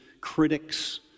critics